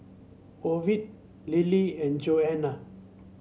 Ovid Lillie and Johannah